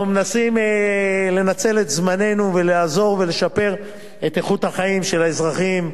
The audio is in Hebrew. אנחנו מנסים לנצל את זמננו ולעזור ולשפר את איכות החיים של האזרחים.